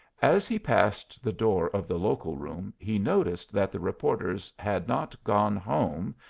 as he passed the door of the local room, he noticed that the reporters had not gone home,